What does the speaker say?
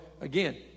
again